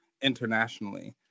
internationally